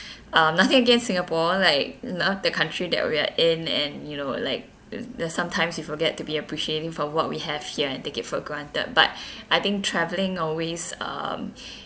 um nothing against singapore like not the country that we are in and you know like there's sometimes you forget to be appreciating for what we have here and take it for granted but I think travelling always um